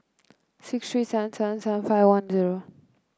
six three seven seven seven five one zero